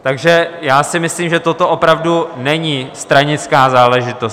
Takže si myslím, že toto opravdu není stranická záležitost.